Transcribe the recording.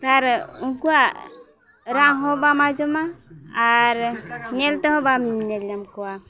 ᱟᱨ ᱩᱱᱠᱩᱣᱟᱜ ᱨᱟᱜ ᱦᱚᱸ ᱵᱟᱢ ᱟᱸᱡᱚᱢᱟ ᱟᱨ ᱧᱮᱞ ᱛᱮᱦᱚᱸ ᱵᱟᱢ ᱧᱮᱞ ᱧᱟᱢ ᱠᱚᱣᱟ